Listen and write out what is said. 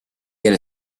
get